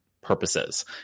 purposes